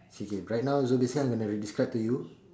K K right now so basically I'm going to describe to you